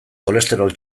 kolesterol